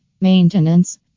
Maintenance